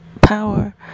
power